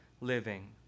living